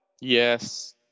yes